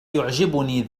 يعجبني